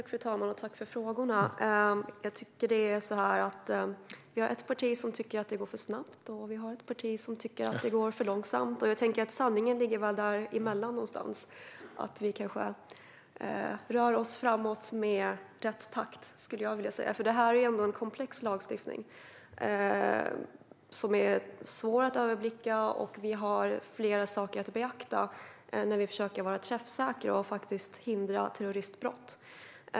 Fru talman! Tack för frågorna, Anders Hansson! Vi har ett parti som tycker att det går för snabbt, och vi har ett parti som tycker att det går för långsamt. Jag tänker att sanningen väl ligger någonstans däremellan, och jag skulle vilja säga att vi rör oss framåt med rätt takt. Detta är en komplex lagstiftning, som är svår att överblicka. Vi har flera saker att beakta när vi försöker att vara träffsäkra och hindra terroristbrott.